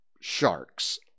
sharks